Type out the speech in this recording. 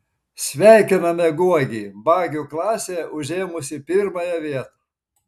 sveikiname guogį bagių klasėje užėmusį pirmąją vietą